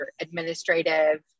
administrative